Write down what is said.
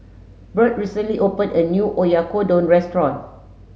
Birt recently opened a new Oyakodon restaurant